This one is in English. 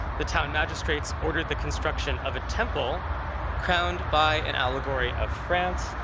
the town magistrates ordered the construction of a temple crowned by an allegory of france,